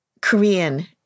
Korean